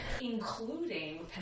including